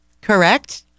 Correct